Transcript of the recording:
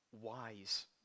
wise